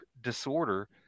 disorder